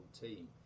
team